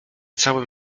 całe